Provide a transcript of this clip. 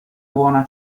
buona